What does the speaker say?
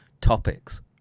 topics